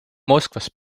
moskvas